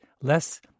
less